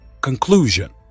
Conclusion